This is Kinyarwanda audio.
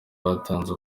batanze